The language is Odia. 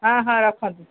ହଁ ହଁ ରଖନ୍ତୁ